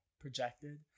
projected